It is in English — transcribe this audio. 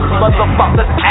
motherfuckers